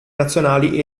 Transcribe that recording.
nazionali